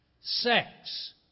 sex